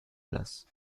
place